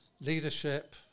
leadership